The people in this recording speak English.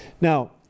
Now